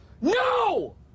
no